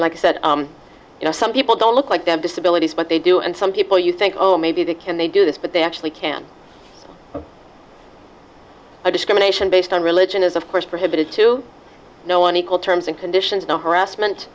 and i said you know some people don't look like them disability but they do and some people you think oh maybe they can they do this but they actually can discrimination based on religion is of course prohibited to know on equal terms and conditions no harassment